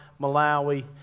Malawi